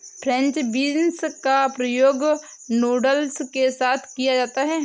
French beans का प्रयोग noodles के साथ किया जाता है